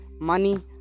money